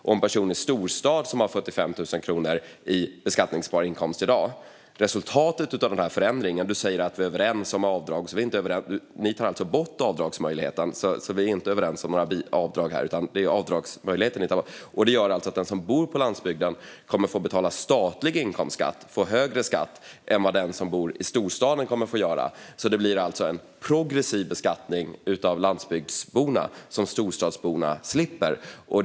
Den ena personen bor på landsbygden och den andra i storstad. Sultan Kayhan säger att vi är överens om avdragen. Nej, vi är inte överens, eftersom ni tar bort avdragsmöjligheten. Resultatet av de här förändringarna är att den som bor på landsbygden kommer att få betala statlig inkomstskatt och få högre skatt än vad den som bor i storstaden kommer att få göra. Det blir alltså en progressiv beskattning av landsbygdsborna vilken storstadsborna slipper.